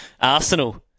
Arsenal